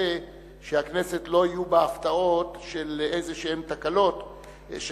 שהכנסת לא יהיו בה הפתעות של תקלות כלשהן,